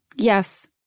Yes